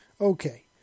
Okay